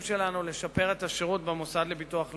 שלנו לשפר את השירות במוסד לביטוח לאומי.